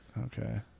Okay